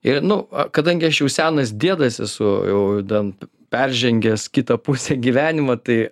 ir nu a kadangi aš jau senas diedas esu jau ten peržengęs kitą pusę gyvenimo tai